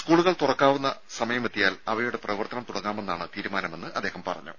സ്കൂളുകൾ തുറക്കാവുന്ന സമയമെത്തിയാൽ അവയുടെ പ്രവർത്തനം തുടങ്ങാമെന്നാണ് തീരുമാനമെന്ന് അദ്ദേഹം പറഞ്ഞു